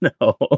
No